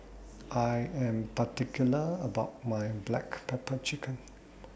I Am particular about My Black Pepper Chicken